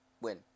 Win